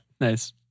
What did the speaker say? Nice